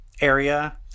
area